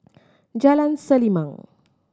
Jalan Selimang